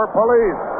police